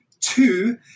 Two